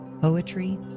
poetry